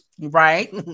Right